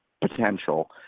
potential